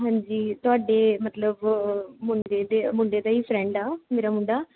ਹਾਂਜੀ ਤੁਹਾਡੇ ਮਤਲਬ ਮੁੰਡੇ ਦੇ ਮੁੰਡੇ ਦਾ ਹੀ ਫਰੈਂਡ ਆ ਮੇਰਾ ਮੁੰਡਾ